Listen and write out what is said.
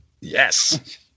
Yes